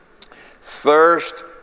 Thirst